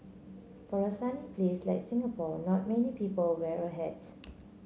for a sunny place like Singapore not many people wear a hat